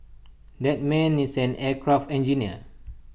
that man is an aircraft engineer